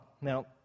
Now